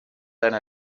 einer